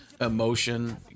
Emotion